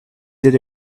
did